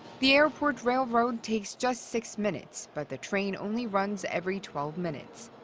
the airport railroad takes just six minutes, but the train only runs every twelve minutes.